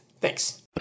Thanks